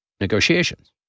negotiations